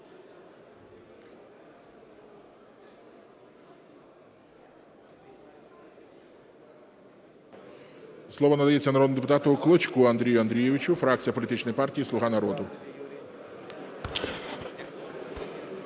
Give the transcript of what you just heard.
Слово надається народному депутату Клочку Андрію Андрійовичу, фракція політичної партії "Слуга народу".